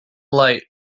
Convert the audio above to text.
light